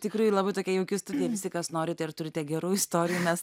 tikrai labai tokia jau keistutė visi kas norite ar turite gerų istorijų mes